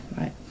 right